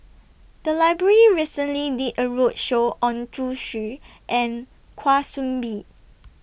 The Library recently did A roadshow on Zhu Xu and Kwa Soon Bee